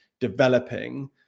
developing